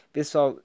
Pessoal